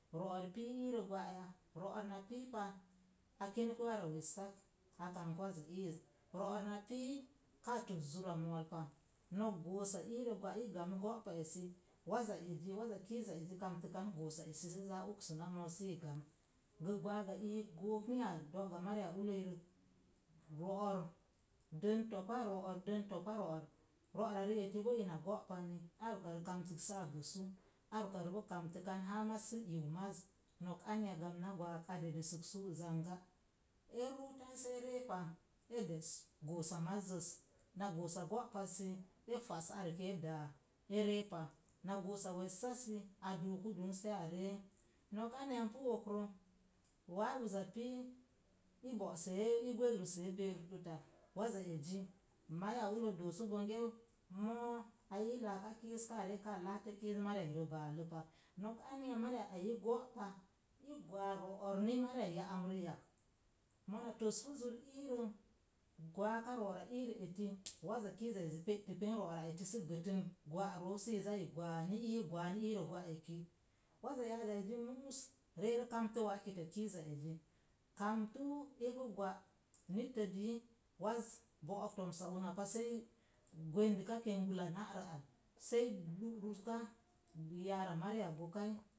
Ro'or pii i rə gwa ya ro'or na pi pa a kin kəə ar omik a kamb waza ii ro'ar na pi ka tos zara mou pa nok goosa irə gwa i gobən go'pa eki kiza aze kamtik kan irim goosa esə sə ógsə moo sə i gamn. Gwang ga iik gook n a dóga mari a ullei rek ro'or den topa ro'or, ro'or ra eti bən ina gó panini, ar oka kamtik saa ɓasu ar uka rə boo kamtə kan maz sə eu maz. Nok anya gamna gwaag a dedəsək sú zansn. E nu pul sə a re pa a des goosa maz zə na goosa gó pas sə e pas e dáá a re pá a dáá na sossa omissə a duku dun saa re. Nok annya i pu okra waz az pi i bo'se sə i gwəri sə berik uka, waz uza zi mai a ullez dosu moo a i laka kiz sə are saa láá kiz mari a ai rə balle pa, nok anya mori a rə balle i gó pa i gwa ro'or ni mariya ya'amdəz ak. Mona tos par zúr irə gwaka ro'ar iret eti waza kiza ezi petik pan irim zo'or eti sə geetin gwa roo sə i gwa sə i gwan iro gwa eti. Waza ya'azze zu sə kamtə wa kitakiiza ezi kamtu epi gwa nittə dii kanbə domsa usa sai gwəndika kegbər ulle na'rə al sei ɗurəska iya gó kai.